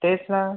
तेच ना